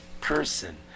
person